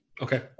Okay